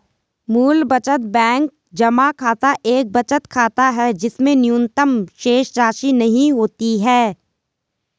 मूल बचत बैंक जमा खाता एक बचत खाता है जिसमें न्यूनतम शेषराशि नहीं होती है